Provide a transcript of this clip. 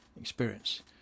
experience